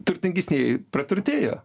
turtingesnieji praturtėjo